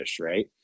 right